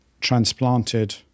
transplanted